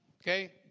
okay